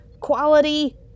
quality